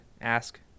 ask